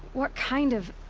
what kind of.